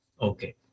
Okay